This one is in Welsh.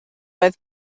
oedd